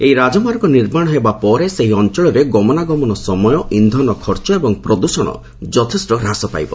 ଏହି ରାଜମାର୍ଗ ନିର୍ମାଣ ହେବା ପରେ ସେହି ଅଞ୍ଚଳରେ ଗମନାଗମନ ସମୟ ଇନ୍ଧନ ଖର୍ଚ୍ଚ ଏବଂ ପ୍ରଦୃଷଣ ଯଥେଷ୍ଟ ହ୍ରାସ ପାଇବ